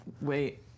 wait